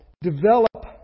develop